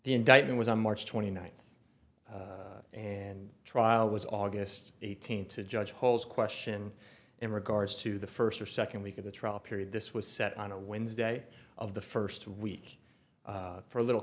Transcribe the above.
the indictment was on march twenty ninth and trial was august eighteenth to judge holds question in regards to the first or second week of the trial period this was set on a wednesday of the first week for a little